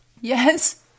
Yes